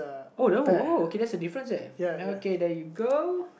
oh no oh okay that's a difference there okay there you go